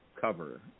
cover